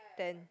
ten